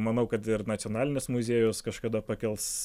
manau kad ir nacionalinis muziejus kažkada pakels